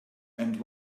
and